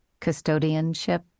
custodianship